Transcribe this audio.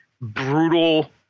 brutal